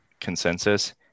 consensus